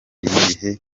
y’ibihe